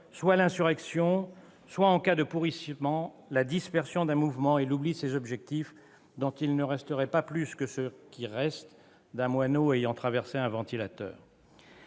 soit par l'insurrection, soit, en cas de pourrissement, par la dispersion d'un mouvement et l'oubli de ses objectifs, dont il ne resterait pas plus que ce qui reste d'un moineau ayant traversé un ventilateur